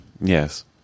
Yes